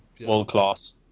World-class